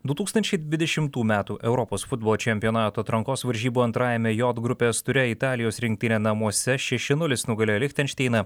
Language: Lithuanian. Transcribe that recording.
du tūkstančiai dvidešimtų metų europos futbolo čempionato atrankos varžybų antrajame jot grupės ture italijos rinktinė namuose šeši nulis nugalėjo lichtenšteiną